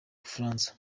bufaransa